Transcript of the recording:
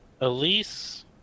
elise